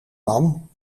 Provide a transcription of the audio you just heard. man